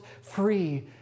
free